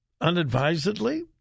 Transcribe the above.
unadvisedly